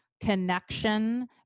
connection